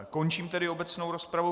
Končím tedy obecnou rozpravu.